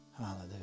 Hallelujah